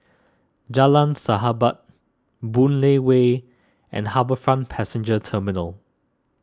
Jalan Sahabat Boon Lay Way and HarbourFront Passenger Terminal